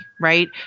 right